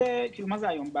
ילדים.